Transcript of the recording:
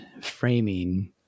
framing